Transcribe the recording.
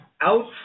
out